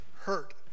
hurt